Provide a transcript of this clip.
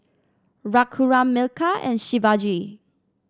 Raghuram Milkha and Shivaji